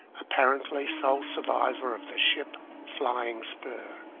apparently sole survivor of the ship flying spur.